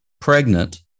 pregnant